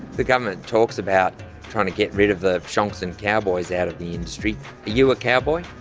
the government talks about trying to get rid of the shonks and cowboys out of the industry. are you a cowboy?